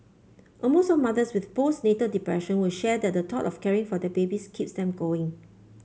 almost all mothers with postnatal depression will share that the thought of caring for their babies keeps them going